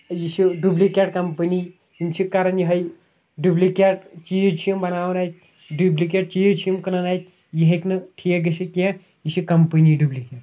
یہِ چھِ duplicate company یِم چھِ کَران یِہَے ڈُبلِکیٹ چیٖز چھِ یِم بَناوان اَتہِ ڈُبلِکیٹ چیٖز چھِ یِم کٕنان اَتہِ یہِ ہیٚکہِ نہٕ ٹھیٖک گٔژھِتھ کیٚنٛہہ یہِ چھِ کَمپٔنی ڈُبلِکیٹ